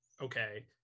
okay